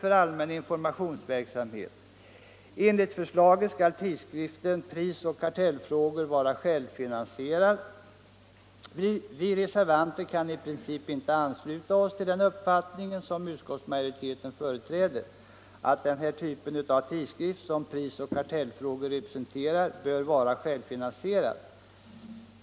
för allmän informationsverksamhet. Enligt förslaget skall tidskriften Prisoch akrtellfrågor vara självfinansierad. Vi reservanter kan i princip inte ansluta oss till den uppfattning som utskottsmajoriteten företräder, nämligen att den typ av tidskrift som Prisoch kartellfrågor representerar bör vara självfinansierad.